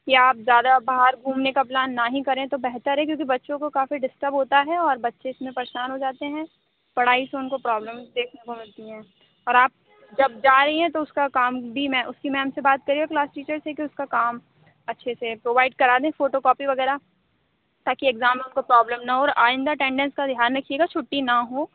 کہ آپ زیادہ باہر گھومنے کا پلان نا ہی کریں تو بہتر ہے کیونکہ بچوں کو کافی ڈسٹرب ہوتا ہے اور بچے اس میں پریشان ہو جاتے ہیں پڑھائی سے ان کو پرابلم دیکھنے کو ملتی ہیں اور آپ جب جا رہی ہیں تو اس کا کام بھی میں اس کی میم سے بات کریے کلاس ٹیچر سے کہ اس کا کام اچھے سے پرووائیڈ کرا دیں فوٹو کاپی وغیرہ تاکہ ایگزام میں ان کو پرابلم نہ ہو اور آئندہ اٹینڈنس کا دھیان رکھیے گا چھٹی نہ ہو